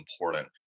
important